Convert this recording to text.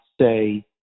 say